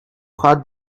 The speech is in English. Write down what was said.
heart